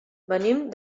venim